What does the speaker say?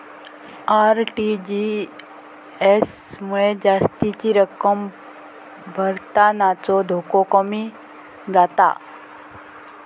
RTGS मुळे जास्तीची रक्कम भरतानाचो धोको कमी जाता